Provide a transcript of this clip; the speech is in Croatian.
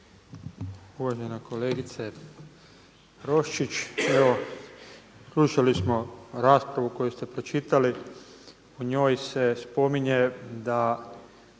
Uvažena kolegice Roščić. Evo slušali smo raspravu koju ste pročitali. U njoj se spominje da